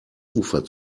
ufer